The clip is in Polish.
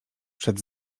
przed